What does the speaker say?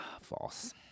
False